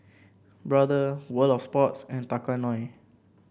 Brother World Of Sports and Tao Kae Noi